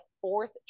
fourth